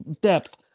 depth